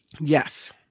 Yes